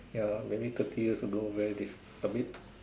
ya maybe thirty years ago very different a bit